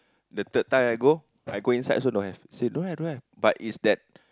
the third time I go I go inside also don't have say don't have don't have but is that